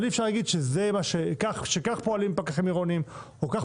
אבל אי אפשר להגיד שכך פועלים פקחים עירוניים או כך